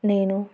నేను